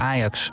Ajax